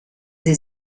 sie